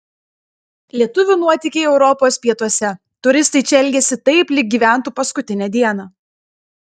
lietuvių nuotykiai europos pietuose turistai čia elgiasi taip lyg gyventų paskutinę dieną